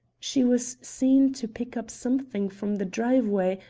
she was seen to pick up something from the driveway,